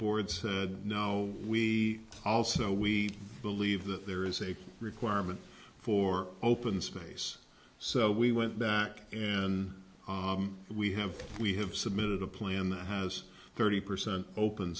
board said no we also we believe that there is a requirement for open space so we went back and we have we have submitted a plan that has thirty percent open